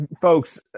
folks